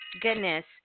goodness